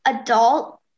adult